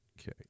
Okay